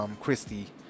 Christy